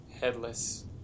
Headless